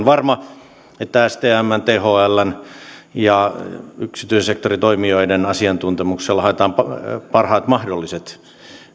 varma että stmn thln ja yksityisen sektorin toimijoiden asiantuntemuksella haetaan parhaat mahdolliset